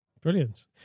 Brilliant